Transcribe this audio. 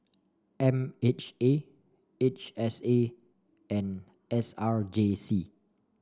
M H A H S A and S R J C